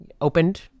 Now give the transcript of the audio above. opened